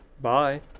Bye